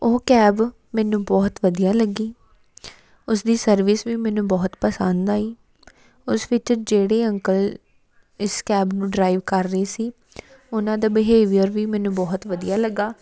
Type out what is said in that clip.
ਉਹ ਕੈਬ ਮੈਨੂੰ ਬਹੁਤ ਵਧੀਆ ਲੱਗੀ ਉਸਦੀ ਸਰਵਿਸ ਵੀ ਮੈਨੂੰ ਬਹੁਤ ਪਸੰਦ ਆਈ ਉਸ ਵਿੱਚ ਜਿਹੜੇ ਅੰਕਲ ਇਸ ਕੈਬ ਨੂੰ ਡਰਾਈਵ ਕਰ ਰਹੇ ਸੀ ਉਹਨਾਂ ਦਾ ਬਿਹੇਵੀਅਰ ਵੀ ਮੈਨੂੰ ਬਹੁਤ ਵਧੀਆ ਲੱਗਿਆ